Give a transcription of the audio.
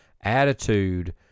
attitude